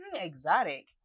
Exotic